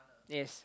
yes